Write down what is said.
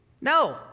No